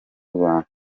rwanda